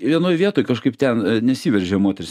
vienoj vietoj kažkaip ten nesiveržia moterys